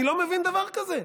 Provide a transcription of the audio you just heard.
אני לא מבין דבר כזה.